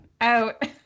out